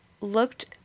looked